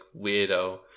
weirdo